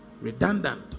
Redundant